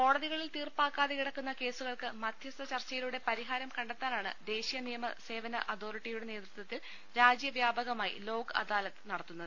കോടതികളിൽ തീർപ്പാകാതെ കിടക്കുന്ന കേസുകൾക്ക് മധ്യസ്ഥ ചർച്ചയിലൂടെ പരി ഹാരം കണ്ടെത്താനാണ് ദേശീയ നിയമ സേവന അതോറിറ്റിയുടെ നേതൃത്വത്തിൽ രാജ്യവ്യാപകമായി ലോക് അദാലത്ത് നടത്തുന്നത്